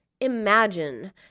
imagine